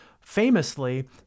famously